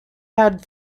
had